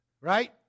right